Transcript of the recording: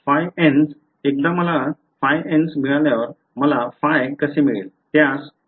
Φn's एकदा मला Φn's मिळाल्यावर मला Φ कसे मिळेल